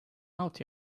out